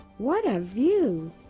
what a view!